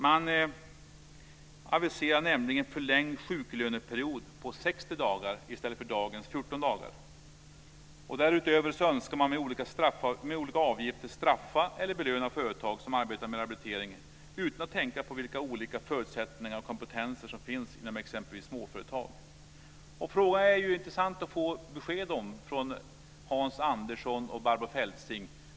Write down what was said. Man aviserar nämligen förlängd sjuklöneperiod på 60 dagar i stället för dagens 14. Därutöver önskar man med olika avgifter belöna eller straffa företag som arbetar med rehabilitering utan att tänka på vilka olika förutsättningar och kompetenser som finns inom exempelvis småföretag. Det vore intressant att få ett besked av Hans Andersson och Barbro Feltzing.